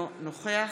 אינו נוכח